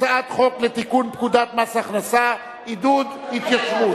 הצעת חוק לתיקון פקודת מס הכנסה (עידוד התיישבות).